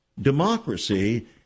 democracy